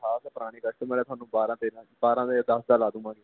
ਗ੍ਰਾਹਕ ਪੁਰਾਣੇ ਕਸਟਮਰ ਆ ਤੁਹਾਨੂੰ ਬਾਰਾਂ ਤੇਰਾਂ ਬਾਰਾ ਅਤੇ ਦਸ ਦਾ ਲਗਾ ਦੇਵਾਂਗਾ ਜੀ